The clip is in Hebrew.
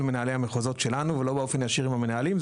מנהלי המחוזות שלנו ולא באופן ישיר עם המנהלים.